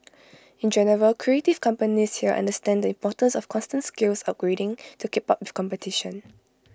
in general creative companies here understand the importance of constant skills upgrading to keep up with competition